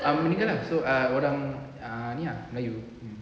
ah meninggal ah so ah orang ah ni ah melayu